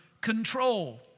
control